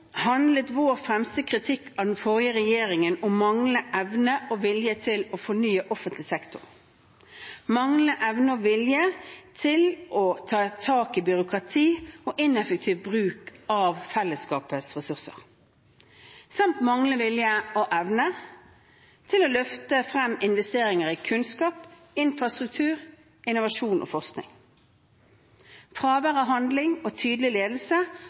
handlet vår fremste kritikk av den forrige regjeringen om manglende evne og vilje til å fornye offentlig sektor, manglende evne og vilje til å ta tak i byråkrati og ineffektiv bruk av fellesskapets ressurser, samt manglende vilje og evne til å løfte frem investeringer i kunnskap, infrastruktur, innovasjon og forskning. Fravær av handling og tydelig ledelse